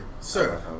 sir